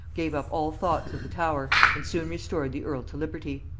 gave up all thoughts of the tower, and soon restored the earl to liberty.